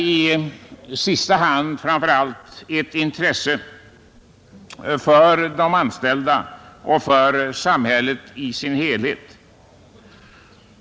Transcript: I sista hand är detta också ett intresse för de anställda och för samhället i dess helhet.